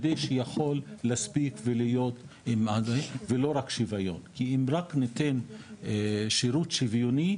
אם רק ניתן שירות שוויוני,